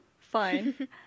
Fine